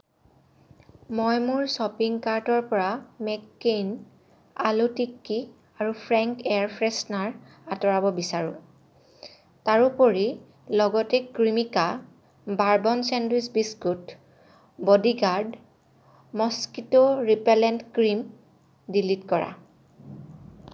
মমই মোৰ শ্বপিং কাৰ্টৰ পৰা মেক্কেইন আলু টিকি আৰু ফ্ৰেংক এয়াৰ ফ্ৰেছনাৰ আঁতৰাব বিচাৰোঁ তাৰোপৰি লগতে Cremica bourbon sandwich biscuit bodyguard mosquito repellent cream delete কৰা